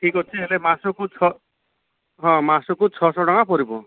ଠିକ ଅଛି ହେଲେ ମାସକୁ ଛଅ ହଁ ମାସକୁ ଛଅଶହ ଟଙ୍କା ପଡ଼ିବ